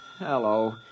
Hello